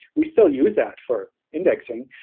we still use that for indexing,